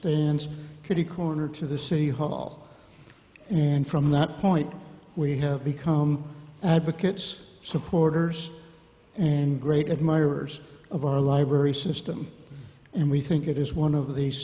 stands kitty corner to the city hall and from that point we have become advocates supporters and great admirers of our library system and we think it is one of the